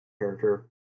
character